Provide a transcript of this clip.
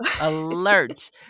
alert